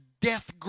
death